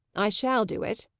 i shall do it,